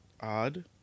odd